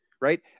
right